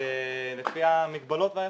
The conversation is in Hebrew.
לפי המגבלות והיכולות.